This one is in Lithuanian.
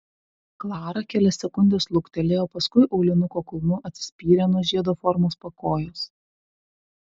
klara kelias sekundes luktelėjo paskui aulinuko kulnu atsispyrė nuo žiedo formos pakojos